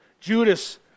Judas